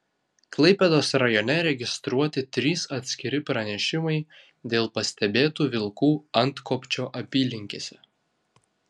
klaipėdos rajone registruoti trys atskiri pranešimai dėl pastebėtų vilkų antkopčio apylinkėse